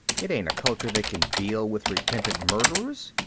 it ain't a culture that can deal with repentant murderers.